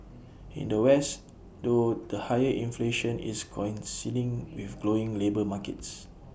in the west though the higher inflation is coinciding with glowing labour markets